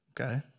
Okay